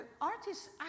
Artists